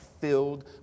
filled